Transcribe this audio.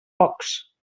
pocs